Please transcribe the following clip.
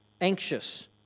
anxious